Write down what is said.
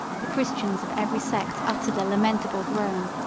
the christians of every sect uttered a lamentable groan,